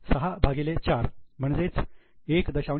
6 भागिले 4 म्हणजे 1